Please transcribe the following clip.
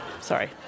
Sorry